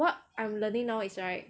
what I'm learning now is right